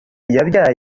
yabyaye